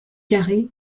carré